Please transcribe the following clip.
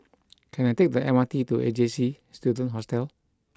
can I take the M R T to A J C Student Hostel